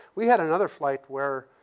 we had another flight where